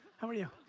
how are you?